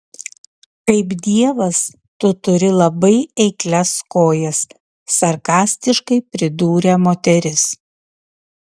kaip dievas tu turi labai eiklias kojas sarkastiškai pridūrė moteris